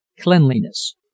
cleanliness